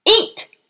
Eat